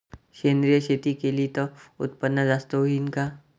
सेंद्रिय शेती केली त उत्पन्न जास्त होईन का?